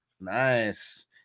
Nice